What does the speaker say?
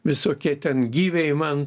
visokie ten gyviai man